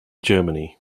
germany